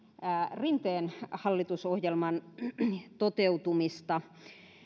rinteen hallitusohjelman toteutumista